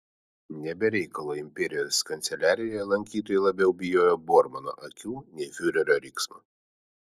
ne be reikalo imperijos kanceliarijoje lankytojai labiau bijojo bormano akių nei fiurerio riksmo